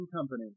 Company